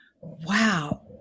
wow